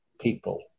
people